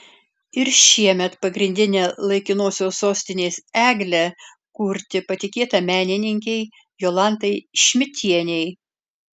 ir šiemet pagrindinę laikinosios sostinės eglę kurti patikėta menininkei jolantai šmidtienei